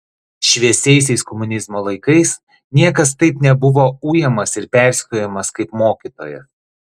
šviesiaisiais komunizmo laikais niekas taip nebuvo ujamas ir persekiojamas kaip mokytojas